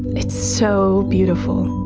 it's so beautiful.